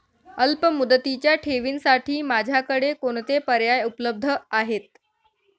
अल्पमुदतीच्या ठेवींसाठी माझ्याकडे कोणते पर्याय उपलब्ध आहेत?